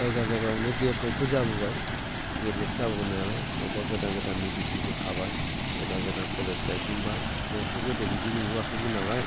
जायगा जायगायावनो डेभेलपबो जाबोबाय डेभेलप जाबोनायालाय बबेबा गोदान गोदान मेडिकेलबो खाबाय गोदान गोदान कलेज गायसनबाय जोंथ' गोदो बिदि नुबोआखैमोननालाय